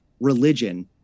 Religion